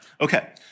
Okay